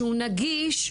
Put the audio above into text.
שהוא נגיש,